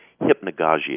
hypnagogia